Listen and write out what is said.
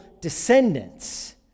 descendants